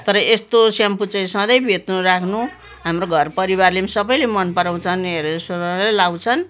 तर यस्तो स्याम्पू चाहिँ सधैँ बेच्न राख्नु हाम्रो घर परिवारले पनि सबैले मनपराउँछन् हेड एन्ड सोल्डरै लगाउँछन्